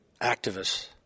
activists